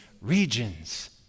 regions